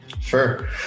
Sure